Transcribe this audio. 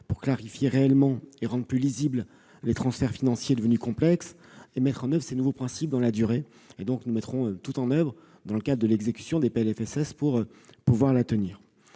pour clarifier réellement et rendre plus lisibles les transferts financiers devenus complexes et permettre l'application de ces nouveaux principes dans la durée. Nous mettrons tout en oeuvre, dans le cadre de l'exécution des PLFSS, pour pouvoir la tenir.